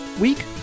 week